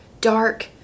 dark